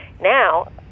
Now